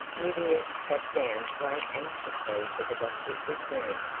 lydia sat down to wait anxiously for the doctor's return,